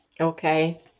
Okay